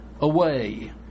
away